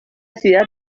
ciudad